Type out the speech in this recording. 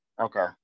Okay